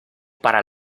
para